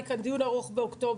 היה לי כאן דיון ארוך באוקטובר.